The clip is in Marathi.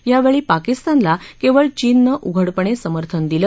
यावेळी पाकिस्तानला केवळ चीननं उघडपणे समर्थन दिलं